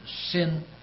sin